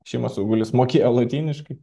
šimas augulis mokėjo lotyniškai